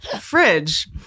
fridge